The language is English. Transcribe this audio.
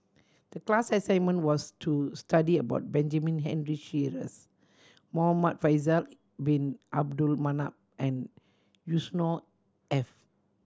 the class assignment was to study about Benjamin Henry Sheares Muhamad Faisal Bin Abdul Manap and Yusnor Ef